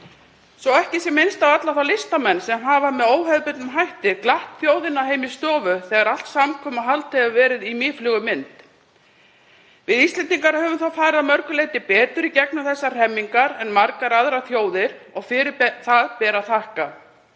svo ekki sé minnst á alla þá listamenn sem hafa með óhefðbundnum hætti glatt þjóðina heima í stofu þegar allt samkomuhald hefur verið í mýflugumynd. Við Íslendingar höfum þó farið að mörgu leyti betur í gegnum þessar hremmingar en margar aðrar þjóðir og fyrir það ber að þakka.